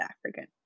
african